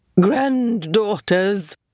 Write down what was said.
Granddaughters